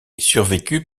survécu